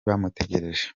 bamutegereje